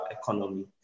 economy